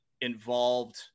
involved